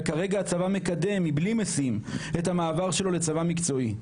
וכרגע הצבע מקדם מבלי משים את המעבר שלו לצבא מקצועי.